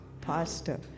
pastor